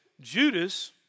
Judas